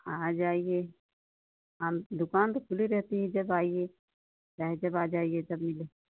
आ जाइए हम दुकान तो खुली रहती है जब आइए चाहे जब आ जाइए जब मिले